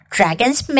Dragon's